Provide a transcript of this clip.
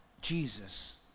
Jesus